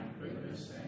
goodness